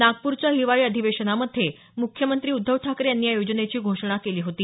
नागपूरच्या हिवाळी अधिवेशनामध्ये म्ख्यमंत्री उद्धव ठाकरे यांनी या योजनेची घोषणा केली होती